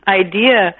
idea